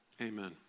amen